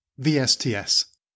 VSTS